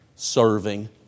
Serving